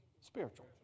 spiritual